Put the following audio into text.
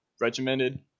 regimented